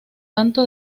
tanto